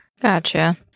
Gotcha